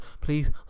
Please